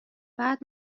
بعد